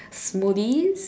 smoothies